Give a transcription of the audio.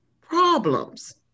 problems